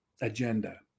agenda